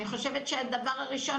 אני חושבת שהדבר הראשון,